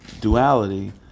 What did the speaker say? duality